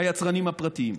היצרנים הפרטיים?